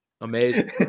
amazing